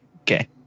Okay